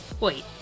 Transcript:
Wait